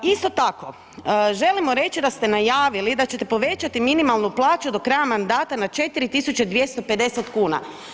Isto tako, želimo reći da ste najavili da ćete povećati minimalnu plaću do kraja mandata na 4250 kuna.